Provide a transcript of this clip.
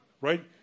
right